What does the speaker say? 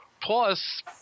Plus